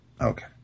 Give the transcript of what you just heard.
Okay